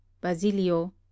Basilio